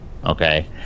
Okay